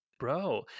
Bro